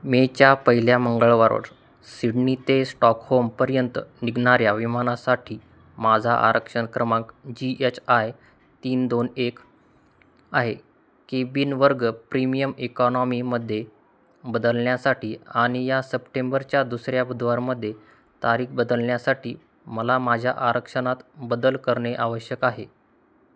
मेच्या पहिल्या मंगळवारवर सिडनी ते स्टॉकहमपर्यंत निघणाऱ्या विमानासाठी माझा आरक्षण क्रमांक जी एच आय तीन दोन एक आहे की बिनवर्ग प्रीमियम इकॉनॉमीमध्ये बदलण्यासाठी आणि या सप्टेंबरच्या दुसऱ्या बुधवारमध्ये तारीख बदलण्यासाठी मला माझ्या आरक्षणात बदल करणे आवश्यक आहे